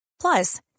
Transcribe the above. Plus